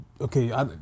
Okay